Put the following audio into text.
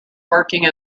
working